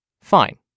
Fine